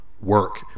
work